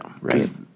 Right